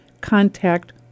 contact